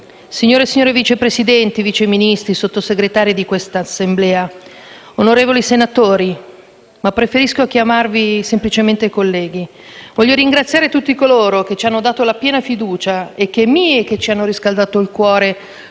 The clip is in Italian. signore e signori Vice Presidenti, Vice Ministri, Sottosegretari, membri di questa Assemblea, onorevoli senatori, ma preferisco chiamarvi, semplicemente, colleghi, voglio ringraziare tutti coloro che ci hanno dato la piena fiducia e che mi - e ci - hanno riscaldato il cuore